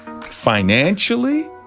financially